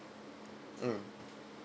mm